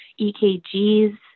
EKGs